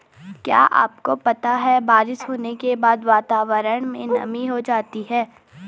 क्या आपको पता है बारिश होने के बाद वातावरण में नमी हो जाती है?